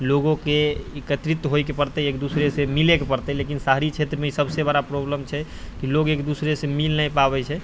लोकके एकत्रित होइके पड़तै एक दोसरासँ मिलैके पड़तै लेकिन शहरी क्षेत्रमे ई सबसँ बड़ा प्रॉब्लम छै कि लोग एक दोसरासँ मिलि नहि पाबै छै